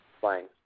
Fine